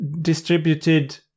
distributed